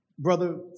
Brother